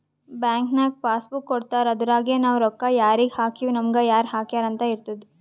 bank ನಾಗ್ passbook ಕೊಡ್ತಾರ ಅದುರಗೆ ನಾವ್ ರೊಕ್ಕಾ ಯಾರಿಗ ಹಾಕಿವ್ ನಮುಗ ಯಾರ್ ಹಾಕ್ಯಾರ್ ಅಂತ್ ಇರ್ತುದ್